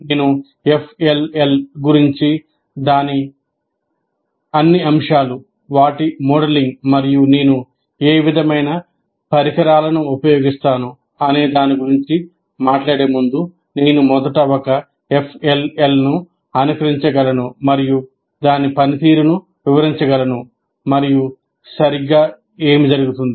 నేను FLL గురించి దాని అన్ని అంశాలు వాటి మోడలింగ్ మరియు నేను ఏ విధమైన పరికరాలను ఉపయోగిస్తాను అనే దాని గురించి మాట్లాడే ముందు నేను మొదట ఒక FLL ను అనుకరించగలను మరియు దాని పనితీరును వివరించగలను మరియు సరిగ్గా ఏమి జరుగుతుంది